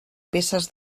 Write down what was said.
peces